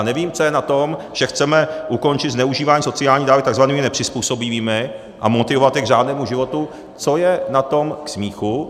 Nevím, co je na tom, že chceme ukončit zneužívání sociálních dávek takzvanými nepřizpůsobivými a motivovat je k řádnému životu, co je na tom k smíchu.